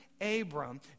Abram